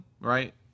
right